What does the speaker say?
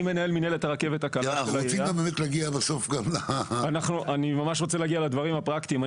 אני מנהל מינהלת הרכבת הקלה ואני ממש רוצה להגיע לדברים הפרקטיים.